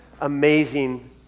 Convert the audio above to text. amazing